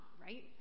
right